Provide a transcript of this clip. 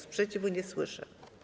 Sprzeciwu nie słyszę.